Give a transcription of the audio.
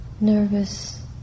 Nervous